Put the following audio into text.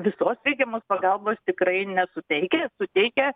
visos reikiamos pagalbos tikrai nesuteikia suteikia